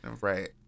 right